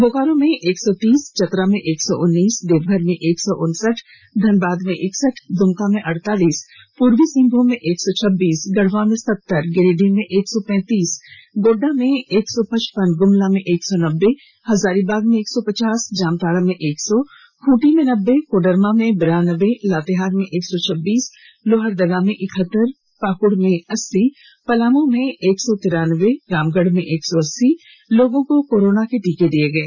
बोकारो में एक सौ तीस चतरा में एक सौ उन्नीस देवघर में एक सौ उनसठ धनबाद में इकसठ दुमका में अड़तालीस पूर्वी सिंहभूम में एक सौ छब्बीस गढ़वा में सतर गिरिडीह में एक सौ पैतीस गोड़डा में एक सौ पचपन ग़्मला में एक सौ नब्बे हजारीबाग में एक सौ पचास जामताड़ा में एक सौ खूंटी में नब्बे कोडरमा में बैरानबे लातेहार में एक सौ छब्बीस लोहरदगा में इकहतर पाकुड़ में अस्सी पलामू में एक सौ तिरानबे रामगढ़ में एक सौ अस्सी लोगों को कोरोना के टीके दिये गये